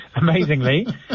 amazingly